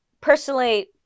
Personally